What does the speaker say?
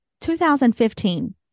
2015